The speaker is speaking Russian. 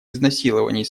изнасилований